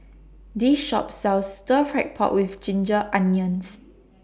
This Shop sells Stir Fried Pork with Ginger Onions